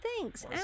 thanks